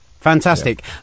fantastic